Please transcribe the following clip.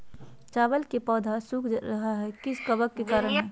चावल का पौधा सुख रहा है किस कबक के करण?